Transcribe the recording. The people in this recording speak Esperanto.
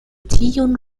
tiun